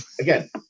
again